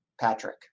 Patrick